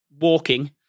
walking